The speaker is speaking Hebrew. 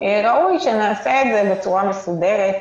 ראוי שנעשה את זה בצורה מסודרת,